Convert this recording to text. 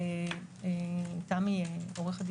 סעיף 13